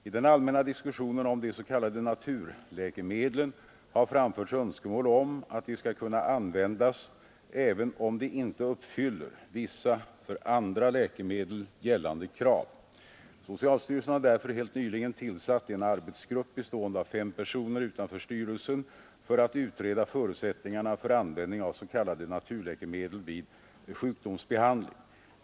I den allmänna diskussionen om de s.k. naturläkemedlen har framförts önskemål om att de skall kunna användas även om de inte uppfyller vissa för andra läkemedel gällande krav. Socialstyrelsen har därför helt nyligen tillsatt en arbetsgrupp bestående av fem personer utanför styrelsen för att utreda förutsättningarna för användning av s.k. naturläkemedel vid sjukdomsbehandling.